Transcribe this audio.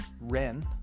Ren